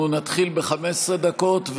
אנחנו נתחיל ב-15 דקות,